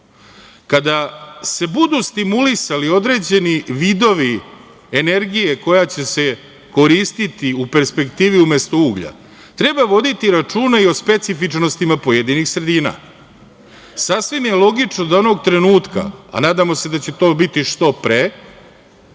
Kada se budu stimulisali određeni vidovi energije koja će se koristiti u perspektivi umesto uglja, treba voditi računa i o specifičnostima pojedinih sredina. Sasvim je logično da onog trenutka, a nadamo se da će to biti što pre,